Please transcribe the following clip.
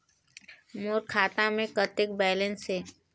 मोर खाता मे कतेक बैलेंस हे?